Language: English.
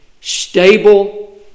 stable